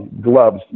gloves